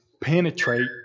penetrate